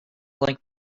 like